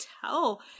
tell